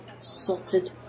salted